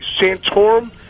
Santorum